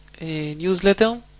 newsletter